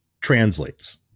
translates